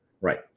Right